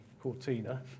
Cortina